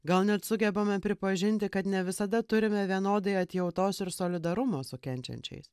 gal net sugebame pripažinti kad ne visada turime vienodai atjautos ir solidarumo su kenčiančiais